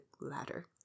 ladder